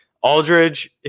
Aldridge